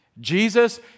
Jesus